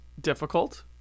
difficult